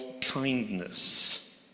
kindness